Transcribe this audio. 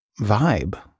vibe